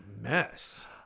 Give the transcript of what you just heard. mess